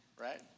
right